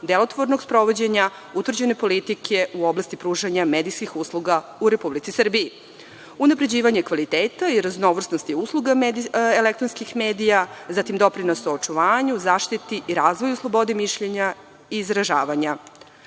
delotvornog sprovođenja utvrđene politike u oblasti pružanja medijskih usluga u Republici Srbiji, unapređivanje kvaliteta i raznovrsnosti usluga elektronskih medija, zatim doprinos u očuvanju, zaštiti i razvoju slobode mišljenja i izražavanja.